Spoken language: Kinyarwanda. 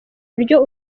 buryo